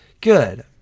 Good